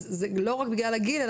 אז זה לא רק בגלל הגיל שלהם,